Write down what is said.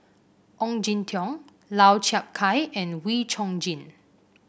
Ong Jin Teong Lau Chiap Khai and Wee Chong Jin